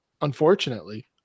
unfortunately